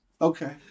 Okay